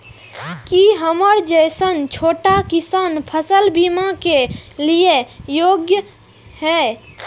की हमर जैसन छोटा किसान फसल बीमा के लिये योग्य हय?